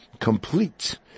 complete